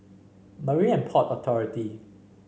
Marine And Port Authority